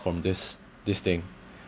from this this thing